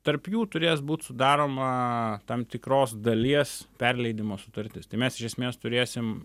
tarp jų turės būt sudaroma tam tikros dalies perleidimo sutartis tai mes iš esmės turėsim